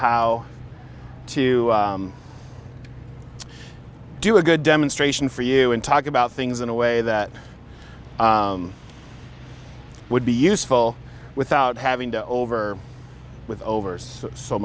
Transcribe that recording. how to do a good demonstration for you and talk about things in a way that would be useful without having to over with overs so